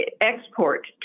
export